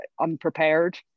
unprepared